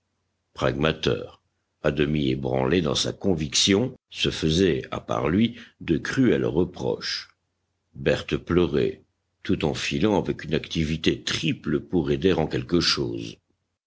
pragmater à demi ébranlé dans sa conviction se faisait à part lui de cruels reproches berthe pleurait tout en filant avec une activité triple pour aider en quelque chose